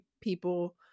people